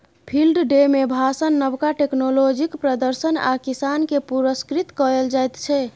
field day मे भाषण, नबका टेक्नोलॉजीक प्रदर्शन आ किसान केँ पुरस्कृत कएल जाइत छै